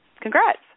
congrats